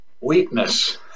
weakness